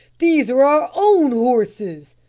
these are our own horses,